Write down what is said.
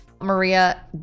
Maria